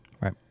Right